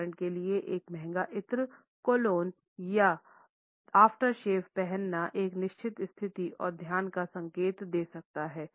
उदाहरण के लिए एक महंगा इत्र कोलोन या आफ्टरशेव पहनना एक निश्चित स्थिति और धन का संकेत दे सकता है